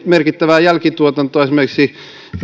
merkittävää jälkituotantoa esimerkiksi